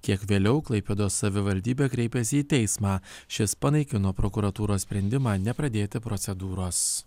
kiek vėliau klaipėdos savivaldybė kreipėsi į teismą šis panaikino prokuratūros sprendimą nepradėti procedūros